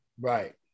Right